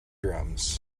drums